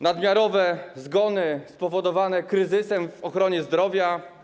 Nadmiarowe zgony spowodowane kryzysem w ochronie zdrowia.